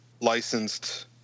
licensed